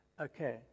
Okay